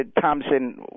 Thompson